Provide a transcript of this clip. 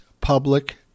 public